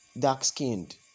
dark-skinned